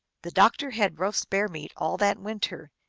the doctor had roast bear meat all that win ter,